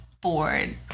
bored